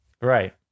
Right